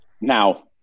Now